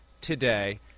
today